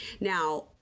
Now